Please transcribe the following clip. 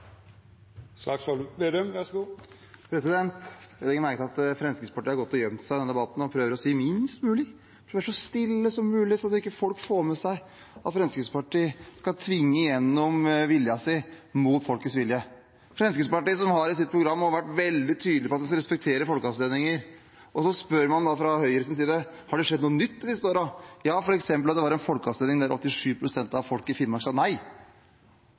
Jeg legger merke til at Fremskrittspartiet har gått og gjemt seg i denne debatten og prøver å si minst mulig, være så stille som mulig, så folk ikke får med seg at Fremskrittspartiet skal tvinge igjennom viljen sin, mot folkets vilje – Fremskrittspartiet, som har i sitt program og vært veldig tydelig på at en skal respektere folkeavstemninger. Så spør man fra Høyres side om det har skjedd noe nytt de siste årene. Ja, f.eks. at det var en folkeavstemning i Finnmark der 87 pst. av folk sa nei, for de ville bestå som eget fylke. Men nei